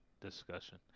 discussion